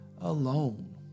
alone